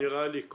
לא סתם אומדן,